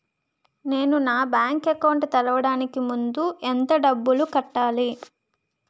నేను నా bank account తెరవడానికి ముందు ఎంత డబ్బులు కట్టాలి?